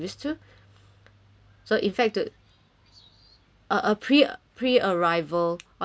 so in fact to uh a pre pre arrival on the christmas day